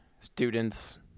students